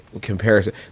comparison